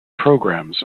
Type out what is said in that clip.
programs